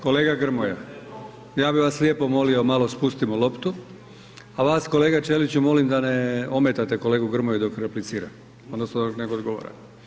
Kolega Grmoja, ja bi vas lijepo molio malo spustimo loptu, a vas kolega Ćeliću molim da ne ometate kolegu Grmoju dok replicira odnosno nekog drugoga.